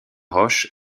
roche